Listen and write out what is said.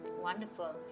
Wonderful